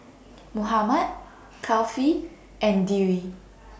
Muhammad Kefli and Dwi